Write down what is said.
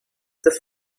the